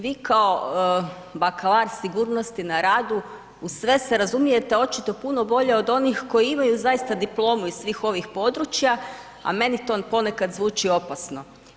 Vi kao bac. sigurnosti na radu u sve se razumijete očito puno bolje od onih koji imaju zaista diplomu iz svih ovih područja a meni to ponekad zvuči opasno.